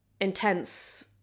intense